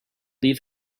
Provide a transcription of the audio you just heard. leave